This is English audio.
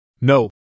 No